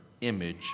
image